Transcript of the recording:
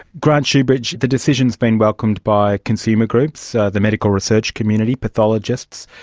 grant shoebridge, the decision has been welcomed by consumer groups, the medical research community, pathologists.